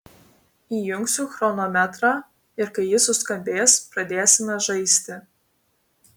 įjungsiu chronometrą ir kai jis suskambės pradėsime žaisti